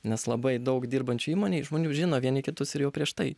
nes labai daug dirbančių įmonėj žmonių žino vieni kitus ir jau prieš tai